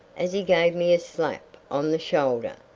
as he gave me a slap on the shoulder.